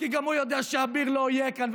כי גם הוא יודע שאביר לא יהיה כאן,